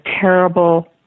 terrible